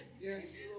Yes